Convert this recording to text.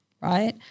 right